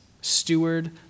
Steward